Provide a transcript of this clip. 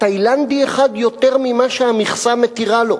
תאילנדי אחד יותר ממה שהמכסה מתירה לו,